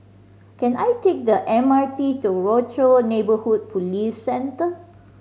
can I take the M R T to Rochor Neighborhood Police Centre